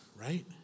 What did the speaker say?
right